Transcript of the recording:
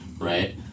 right